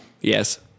Yes